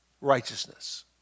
righteousness